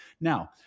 Now